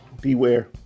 beware